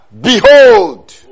Behold